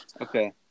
Okay